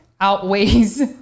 outweighs